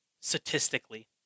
statistically